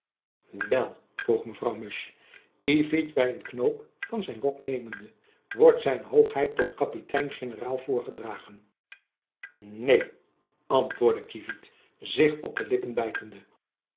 wel vroeg mevrouw musch kievit by een knoop van zijn rok nemende wordt zijn hoogheid tot kapitein generaal voorgedragen neen antwoordde kievit zich op de lippen bijtende